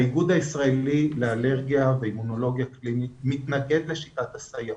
האיגוד הישראלי לאלרגיה ולאימונולוגיה קלינית מתנגד לשיטת הסייעות.